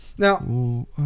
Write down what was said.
Now